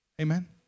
Amen